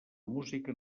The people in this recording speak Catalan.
música